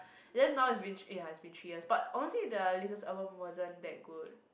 then now it's been thr~ ya it's been three years but honestly their latest album wasn't that good